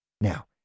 Now